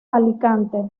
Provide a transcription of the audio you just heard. alicante